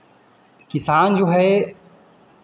किसान जो है